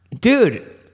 dude